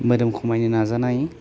मोदोम खमायनो नाजानाय